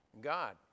God